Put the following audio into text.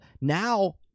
now